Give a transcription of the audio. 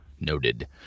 Noted